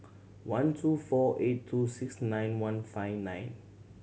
one two four eight two six nine one five nine